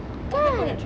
kan